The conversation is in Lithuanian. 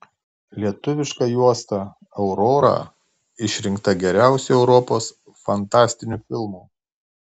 lietuviška juosta aurora išrinkta geriausiu europos fantastiniu filmu